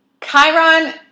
Chiron